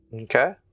Okay